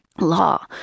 law